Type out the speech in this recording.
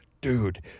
Dude